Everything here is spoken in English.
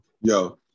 yo